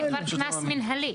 זה כבר קנס מינהלי.